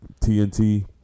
TNT